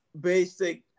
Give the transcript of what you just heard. basic